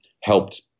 helped